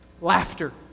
Laughter